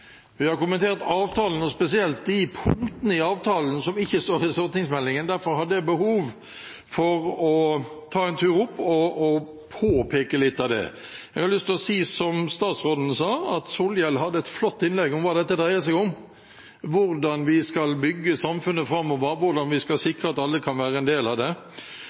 Vi har kommentert avtalen, og spesielt de punktene i avtalen som ikke står i stortingsmeldingen. Derfor hadde jeg behov for å ta en tur opp og påpeke litt av det. Jeg har lyst til å si, som statsråden sa, at Solhjell hadde et flott innlegg om hva dette dreier seg om, hvordan vi skal bygge samfunnet framover, hvordan vi skal sikre at alle kan være en del av det.